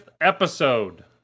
episode